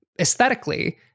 aesthetically